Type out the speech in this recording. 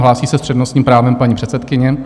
Hlásí se s přednostním právem paní předsedkyně.